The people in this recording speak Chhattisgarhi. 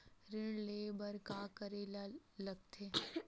ऋण ले बर का करे ला लगथे?